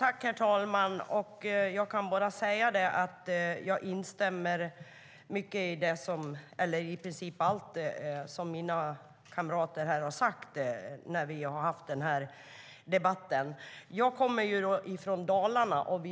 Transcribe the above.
Herr talman! Jag instämmer i princip i allt som mina kamrater har sagt i den här debatten. Jag kommer från Dalarna. Det